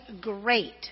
great